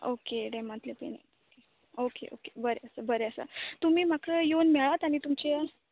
okay डेमांतलें पिना okay okay बरें आसा बरें आसा तुमी म्हाका येवन मेळात आनी तुमचें